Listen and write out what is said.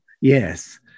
Yes